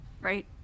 right